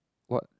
what